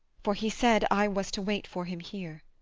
for he said i was to wait for him here.